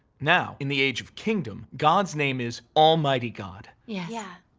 now in the age of kingdom, god's name is almighty god. yes. yeah.